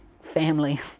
family